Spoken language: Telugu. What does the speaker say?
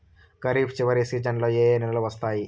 ఖరీఫ్ చివరి సీజన్లలో ఏ ఏ నెలలు వస్తాయి